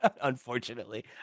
Unfortunately